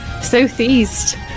Southeast